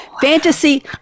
fantasy